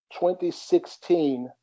2016